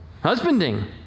Husbanding